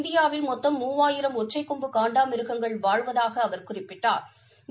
இந்தியாவில் மொத்தம் மூவாயிரம் ஒற்றை கொம்பு காண்டாமிருகங்கள் வாழ்வதாகவும் அவர் குறிப்பிட்டாள்